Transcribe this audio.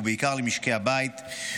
ובעיקר למשקי הבית.